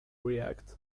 react